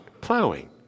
plowing